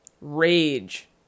rage